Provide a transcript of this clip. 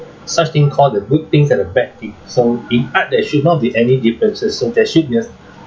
such thing called the good things and the bad thing so in art there should not be any differences so there should be